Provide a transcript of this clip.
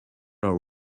are